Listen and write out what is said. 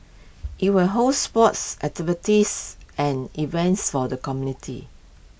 IT will host sports activities and events for the community